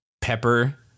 pepper